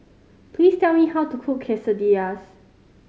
please tell me how to cook Quesadillas